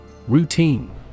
Routine